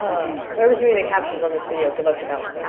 whoever's doing the captions on this video, good luck with that one.